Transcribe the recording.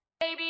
Baby